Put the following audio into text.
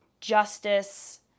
justice